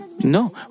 No